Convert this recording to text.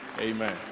Amen